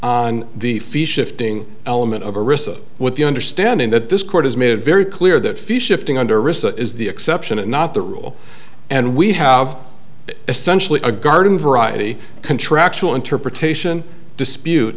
on the fee shifting element of a risk with the understanding that this court has made very clear that fee shifting under risk is the exception and not the rule and we have essentially a garden variety contractual interpretation dispute